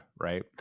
right